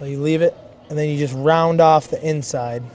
they leave it and then you just round off the inside